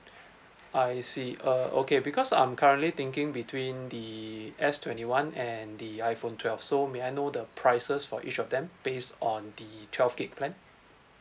I see uh okay because I'm currently thinking between the S twenty one and the iphone twelve so may I know the prices for each of them based on the twelve gig plan